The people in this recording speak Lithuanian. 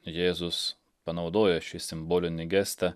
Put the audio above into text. jėzus panaudojo šį simbolinį gestą